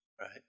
right